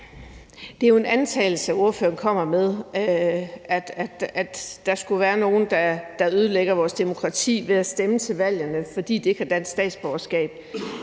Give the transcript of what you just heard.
Det er jo antagelser, ordføreren kommer med, altså at der skulle være nogle, der ødelægger vores demokrati ved at stemme til valgene, fordi de ikke har dansk statsborgerskab.